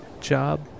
job